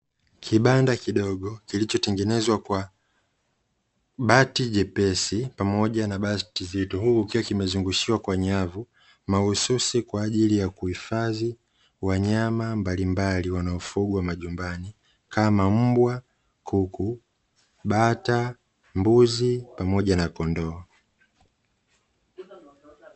Banda dogo lililotengenezwa kwa bati jepesi na zito, limezungushiwa nyavu mahususi, ili kuhifadhi wanyama mbalimbali wanaofugwa majumbani, kama vile mbwa, mbuzi na kondoo.